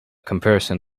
comparison